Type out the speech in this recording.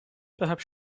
perhaps